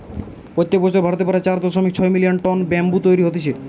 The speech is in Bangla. প্রত্যেক বছর ভারতে প্রায় চার দশমিক ছয় মিলিয়ন টন ব্যাম্বু তৈরী হতিছে